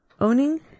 owning